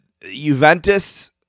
Juventus